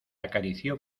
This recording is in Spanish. acarició